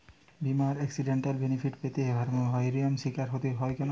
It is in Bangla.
বিমার এক্সিডেন্টাল বেনিফিট পেতে হয়রানির স্বীকার হতে হয় কেন?